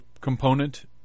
component